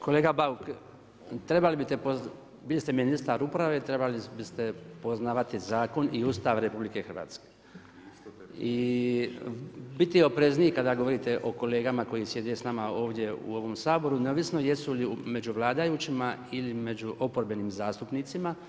Kolega Bauk, bili ste ministar uprave, trebali biste poznati zakon i Ustav RH i biti oprezniji kada govorite o kolegama koji sjede s nama ovdje u ovom Saboru neovisno jesu li među vladajućima ili među oporbenim zastupnicima.